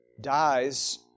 dies